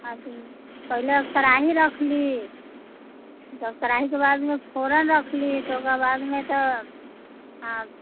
पहिले कड़ाही रखली तब कड़ाहीके बादमे फोरन रखली तऽ ओकरा बादमे तऽ हँ